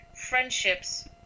friendships